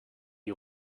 die